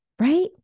right